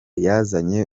yazanye